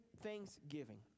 thanksgiving